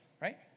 Right